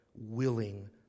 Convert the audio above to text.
willing